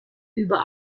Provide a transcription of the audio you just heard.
über